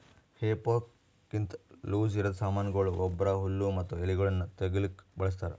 ಹೇ ಫೋರ್ಕ್ಲಿಂತ ಲೂಸಇರದ್ ಸಾಮಾನಗೊಳ, ಗೊಬ್ಬರ, ಹುಲ್ಲು ಮತ್ತ ಎಲಿಗೊಳನ್ನು ತೆಗಿಲುಕ ಬಳಸ್ತಾರ್